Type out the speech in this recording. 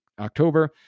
October